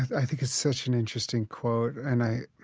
i think it's such an interesting quote. and i